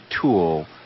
tool